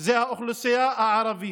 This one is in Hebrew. זאת האוכלוסייה הערבית.